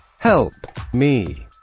help me.